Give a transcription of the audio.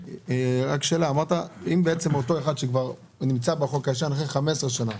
דיברת קודם על אותו אחד שכבר נמצא בחוק הישן אחרי 15 שנים,